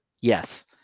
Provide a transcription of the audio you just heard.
yes